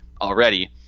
already